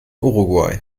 uruguay